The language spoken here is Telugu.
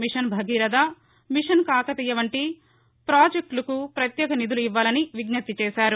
మిషన్ భగీరథ మిషన్ కాకతీయ పంటి ప్రాజెక్టులకు ప్రత్యేక నిధులు ఇవ్వాలని విజ్ఞప్తిచేశారు